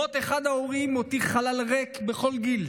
מות אחד ההורים מותיר חלל ריק בכל גיל,